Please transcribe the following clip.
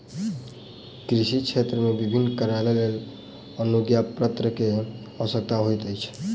कृषि क्षेत्र मे विभिन्न कार्यक लेल अनुज्ञापत्र के आवश्यकता होइत अछि